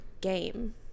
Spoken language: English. game